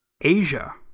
Asia